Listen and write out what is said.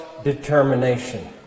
determination